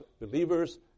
believers